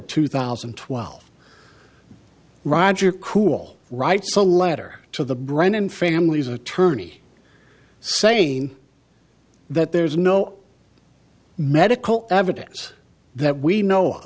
two thousand and twelve roger cool writes a letter to the brennan family's attorney saying that there is no medical evidence that we know